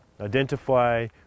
identify